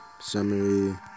Summary